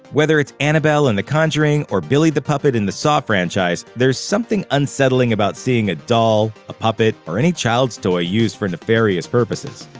whether it's annabelle in the conjuring or billy the puppet in the saw franchise, there's something unsettling about seeing a doll, a puppet, or any child's toy used for nefarious purposes.